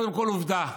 קודם כול, עובדה: